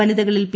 വനിതകളിൽ P